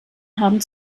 haben